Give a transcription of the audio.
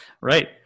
Right